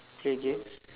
play games